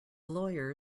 lawyer